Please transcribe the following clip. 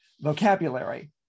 vocabulary